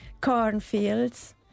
cornfields